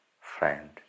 friend